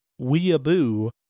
weeaboo